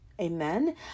amen